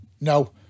no